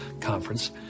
Conference